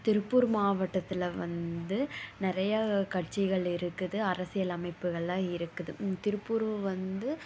திருப்பூர் மாவட்டத்தில் வந்து நிறைய கட்சிகள் இருக்குது அரசியல் அமைப்புகள்லாம் இருக்குது திருப்பூர் வந்து